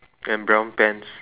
and brown pants